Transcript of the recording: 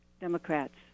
democrats